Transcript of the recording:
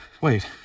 Wait